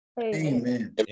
amen